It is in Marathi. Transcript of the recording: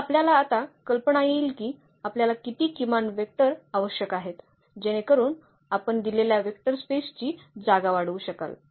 मग आपल्याला आता कल्पना येईल की आपल्याला किती किमान वेक्टर आवश्यक आहेत जेणेकरून आपण दिलेल्या वेक्टर स्पेस ची जागा वाढवू शकाल